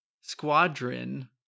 squadron